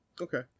Okay